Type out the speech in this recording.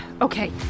Okay